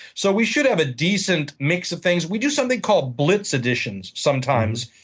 so we should have a decent mix of things. we do something called blitz editions sometimes,